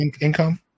income